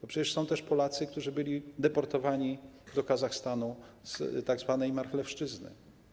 bo przecież są Polacy, którzy byli deportowani do Kazachstanu z tzw. Marchlewszczyzny.